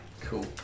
Cool